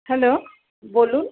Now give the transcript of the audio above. hello বলুন